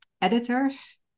editors